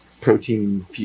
protein